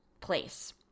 place